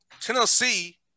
Tennessee